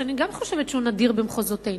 שאני חושבת שהוא נדיר במחוזותינו,